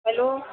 hello